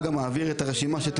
אני אסביר שוב.